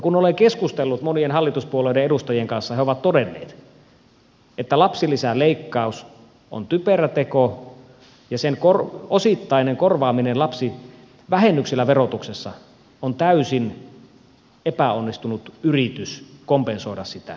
kun olen keskustellut monien hallituspuolueiden edustajien kanssa he ovat todenneet että lapsilisän leikkaus on typerä teko ja sen osittainen korvaaminen lapsivähennyksellä verotuksessa on täysin epäonnistunut yritys kompensoida sitä